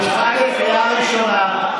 אבו שחאדה, קריאה ראשונה.